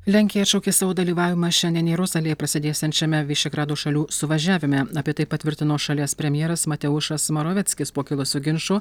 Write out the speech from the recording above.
lenkija atšaukė savo dalyvavimą šiandien jeruzalėje prasidėsiančiame vyšegrado šalių suvažiavime apie tai patvirtino šalies premjeras mateušas moravieckis po kilusio ginčo